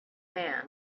man